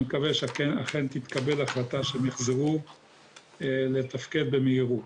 אני מקווה שאכן תתקבל החלטה שהם יחזרו לתפקד במהירות.